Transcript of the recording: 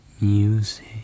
Music